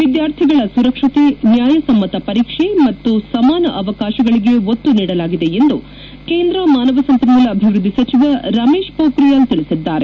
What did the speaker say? ವಿದ್ಯಾರ್ಥಿಗಳ ಸುರಕ್ಷತೆ ನ್ಯಾಯಸಮ್ಮತ ಪರೀಕ್ಷೆ ಮತ್ತು ಸಮಾನ ಅವಕಾಶಗಳಿಗೆ ಒತ್ತು ನೀಡಲಾಗಿದೆ ಎಂದು ಕೇಂದ್ರ ಮಾನವ ಸಂಪನ್ಮೂಲ ಅಭಿವೃದ್ಧಿ ಸಚಿವ ರಮೇಶ್ ಮೋಖ್ರಿಯಾಲ್ ತಿಳಿಸಿದ್ದಾರೆ